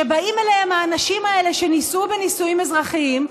שבאים אליהם האנשים האלה שנישאו בנישואים אזרחיים,